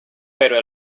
pero